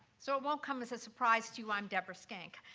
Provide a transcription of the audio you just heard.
so it won't come as a surprise to you. i'm deborah schenk.